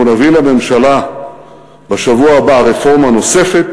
אנחנו נביא לממשלה בשבוע הבא רפורמה נוספת